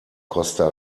costa